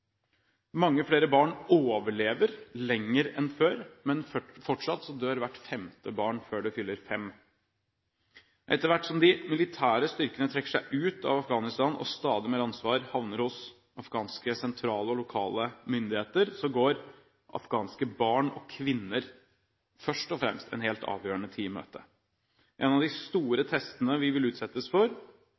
Mange flere barn overlever lenger enn før, men fortsatt dør hvert femte barn før det fyller fem år. Etter hvert som de militære styrkene trekker seg ut av Afghanistan og stadig mer ansvar havner hos afghanske sentrale og lokale myndigheter, går afghanske barn og kvinner, først og fremst, en helt avgjørende tid i møte. En av de store testene vi vil utsettes for,